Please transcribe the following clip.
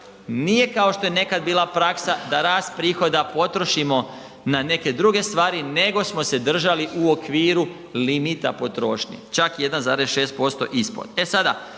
nije kao što je nekad bila praksa da rast prihoda potrošimo na neke druge stvari, nego smo se držali u okviru limita potrošnje, čak 1,6% ispod.